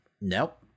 nope